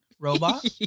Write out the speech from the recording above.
robot